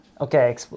okay